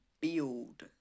build